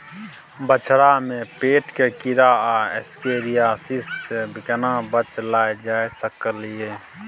बछरा में पेट के कीरा आ एस्केरियासिस से केना बच ल जा सकलय है?